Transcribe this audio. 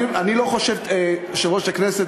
יושב-ראש הכנסת,